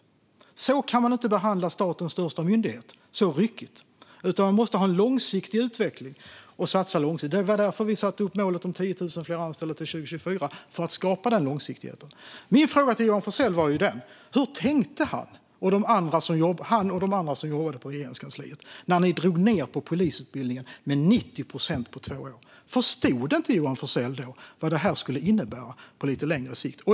Så ryckigt kan man inte behandla statens största myndighet. Man måste ha en långsiktig utveckling och satsa långsiktigt. Det var därför vi satte upp målet om 10 000 fler anställda till 2024 - för att skapa den långsiktigheten. Min fråga till Johan Forssell var: Hur tänkte han och de andra som jobbade på Regeringskansliet när de drog ned på polisutbildningen med 90 procent på två år? Förstod inte Johan Forssell då vad detta skulle innebära på lite längre sikt?